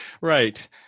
right